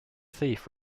thief